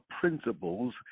principles